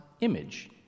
image